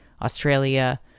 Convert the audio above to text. Australia